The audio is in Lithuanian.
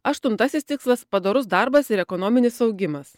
aštuntasis tikslas padorus darbas ir ekonominis augimas